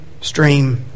stream